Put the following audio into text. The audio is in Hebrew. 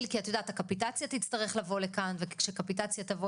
כי את יודעת הקפיטציה תצטרך לבוא לכאן ושכשקפיטציה תבוא